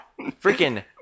freaking